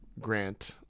Grant